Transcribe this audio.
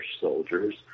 soldiers